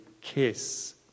kiss